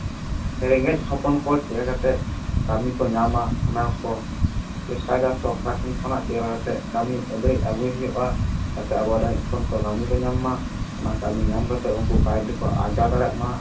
ᱨᱮᱸᱜᱮᱡ ᱦᱚᱯᱚᱱ ᱠᱚ ᱪᱮᱫᱞᱮᱠᱟ ᱠᱟᱛᱮᱫ ᱠᱟᱹᱢᱤ ᱠᱚ ᱧᱟᱢᱟ ᱚᱱᱟ ᱠᱚ ᱪᱮᱥᱴᱟᱭᱮᱫᱟ ᱥᱚᱨᱠᱟᱨ ᱴᱷᱮᱱ ᱠᱷᱚᱱᱟᱜ ᱪᱮᱫᱞᱮᱠᱟ ᱠᱟᱛᱮᱫ ᱠᱟᱹᱢᱤ ᱟᱹᱫᱟᱹᱭ ᱟᱹᱜᱩᱭ ᱦᱩᱭᱩᱜᱼᱟ ᱡᱟᱛᱮ ᱟᱵᱚ ᱨᱮᱸᱜᱮᱡ ᱦᱚᱯᱚᱱ ᱠᱚ ᱠᱟᱹᱢᱤ ᱠᱚ ᱧᱟᱢ ᱢᱟ ᱚᱱᱟ ᱠᱟᱹᱢᱤ ᱧᱟᱢ ᱠᱟᱛᱮᱫ ᱩᱱᱠᱩ ᱠᱟᱹᱣᱰᱤ ᱠᱚ ᱟᱨᱡᱟᱣ ᱫᱟᱲᱮᱭᱟᱜ ᱢᱟ